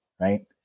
right